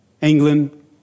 England